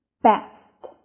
best